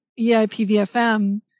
EIPVFM